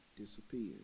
disappeared